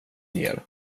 ger